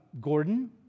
Gordon